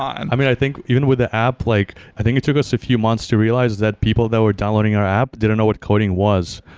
i mean, i think even with the app, like i think it took us a few months to realize that people that were downloading our app didn't know what coding was.